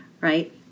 right